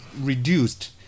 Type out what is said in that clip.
reduced